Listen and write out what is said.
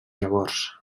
llavors